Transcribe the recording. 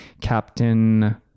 Captain